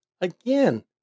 Again